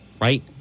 right